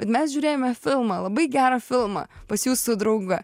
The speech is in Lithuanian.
bet mes žiūrėjome filmą labai gerą filmą pas jūsų draugą